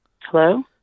hello